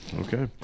Okay